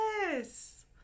Yes